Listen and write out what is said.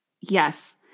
Yes